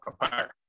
compare